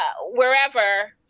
wherever